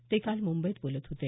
ते काल मुंबईत बोलत होते